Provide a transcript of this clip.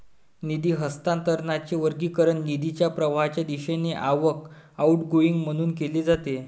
निधी हस्तांतरणाचे वर्गीकरण निधीच्या प्रवाहाच्या दिशेने आवक, आउटगोइंग म्हणून केले जाते